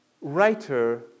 writer